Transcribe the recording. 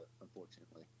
unfortunately